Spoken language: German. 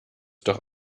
doch